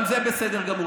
גם זה בסדר גמור.